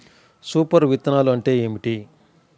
Super విత్తనాలు అంటే ఏమిటి?